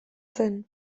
zen